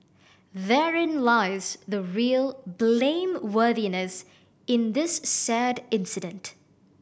therein lies the real blameworthiness in this sad incident